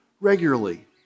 regularly